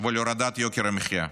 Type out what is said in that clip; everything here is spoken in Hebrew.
ולהורדת יוקר המחיה?